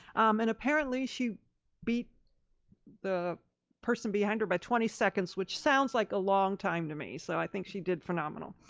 and apparently she beat the person behind her by twenty seconds, which sounds like a long time to me. so i think she did phenomenal.